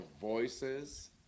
voices